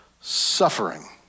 Suffering